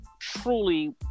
truly